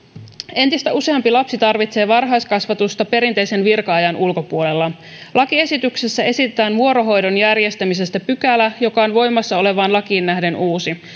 entistä useampi lapsi tarvitsee varhaiskasvatusta perinteisen virka ajan ulkopuolella lakiesityksessä esitetään vuorohoidon järjestämisestä pykälä joka on voimassa olevaan lakiin nähden uusi